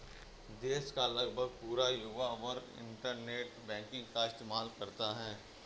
देश का लगभग पूरा युवा वर्ग इन्टरनेट बैंकिंग का इस्तेमाल करता है